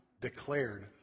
declared